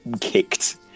kicked